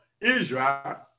Israel